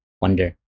wonder